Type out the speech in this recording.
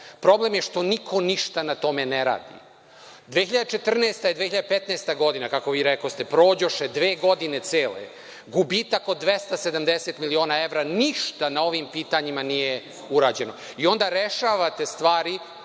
problem je što niko ništa na tome ne radi, 2014. i 2015. godina, kako vi rekoste, prođoše dve godine cele, gubitak od 270 miliona evra, ništa na ovim pitanjima nije urađeno i onda rešavate stvari